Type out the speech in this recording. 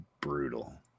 brutal